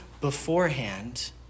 beforehand